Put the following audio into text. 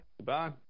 Goodbye